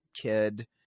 kid